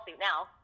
now